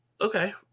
Okay